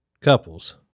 couples